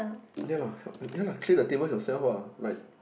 ya lah help ya lah clear the tables yourself lah like